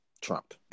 Trump